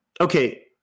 Okay